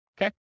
Okay